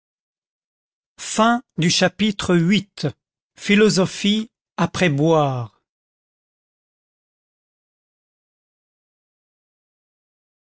chapitre viii philosophie après boire